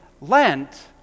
Lent